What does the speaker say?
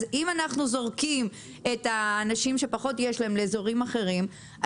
אז אם אנחנו זורקים את האנשים שפחות יש להם לאזורים אחרים,